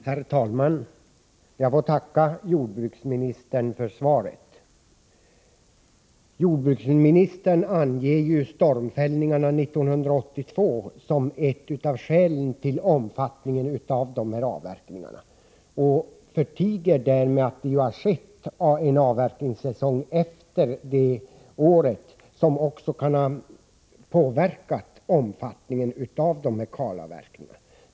Herr talman! Jag får tacka jordbruksministern för svaret på min fråga. Jordbruksministern anger stormfällningarna 1982 som ett av skälen till omfattningen av avverkningarna. Han förtiger därmed att det har varit en säsong med avverkningar efter det året, vilket kan ha påverkat omfattningen av kalavverkningarna.